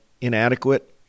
inadequate